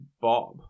Bob